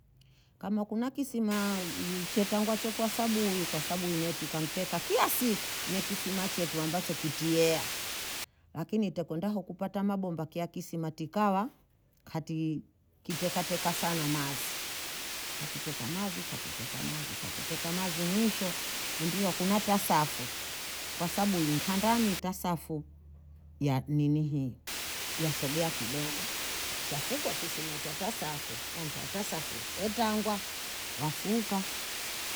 Kama kuna kisimaa yii- chetangwa kwa sabuyi, kwa sabuyi neti kamteka kiya siku, ne kisima chetu ambacho kitiheya, akini tekwanda aho kupata mabomba kia kisima tikawa kati kiteka teka sana mazi, kati teka mazi, kati teka mazi, kati teka mazi mwisho embiwa kuna tasafu kwa sabu inkandani tasafu ya ninihii yasogea kidogo chafukwa kisima cha tasafu, wantu wa tasafu wentangwa wafuka